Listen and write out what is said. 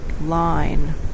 line